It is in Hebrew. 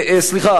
סליחה,